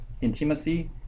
intimacy